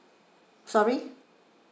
sorry